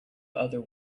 other